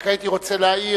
רק הייתי רוצה להעיר.